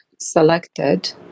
selected